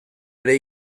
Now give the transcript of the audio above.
ere